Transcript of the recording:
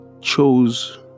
chose